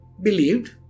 believed